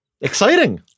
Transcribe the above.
Exciting